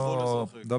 כן.